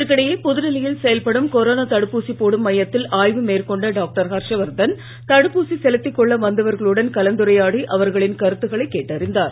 இதற்கிடையே புதுடெல்லியில் செயல்படும் கொரோனா தடுப்பூசி போடும் மையத்தில் ஆய்வு மேற்கொண்ட டாக்டா ஹர்ஷவர்தன் தடுப்பூசி செலுத்திக்கொள்ள வந்தவர்களுடன் கலந்துரையாடி அவர்களின் கருததுக்களை கேட்டறிந்தார்